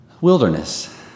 wilderness